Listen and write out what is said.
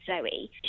Zoe